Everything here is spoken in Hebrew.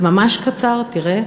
ממש קצר, תראה: